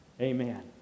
Amen